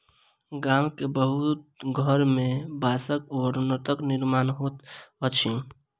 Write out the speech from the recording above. गाम के बहुत घर में बांसक बर्तनक निर्माण होइत अछि